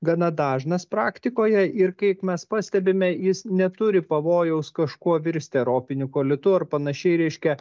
gana dažnas praktikoje ir kaip mes pastebime jis neturi pavojaus kažkuo virsti ar opiniu kolitu ar panašiai reiškia